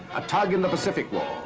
a tug in the pacific war.